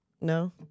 No